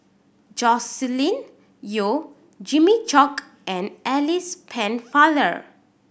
Joscelin Yeo Jimmy Chok and Alice Pennefather